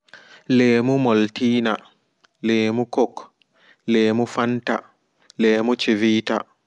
Leemu moltina leemu kok leemu fanta leemu civita